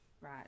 right